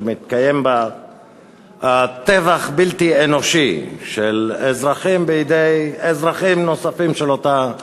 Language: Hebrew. שמתקיים בה טבח בלתי אנושי של אזרחים בידי אזרחים אחרים של אותה מדינה,